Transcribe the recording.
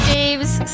Dave's